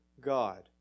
God